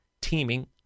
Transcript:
teaming